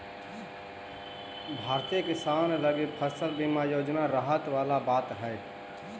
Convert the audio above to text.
भारतीय किसान लगी फसल बीमा योजना राहत वाला बात हइ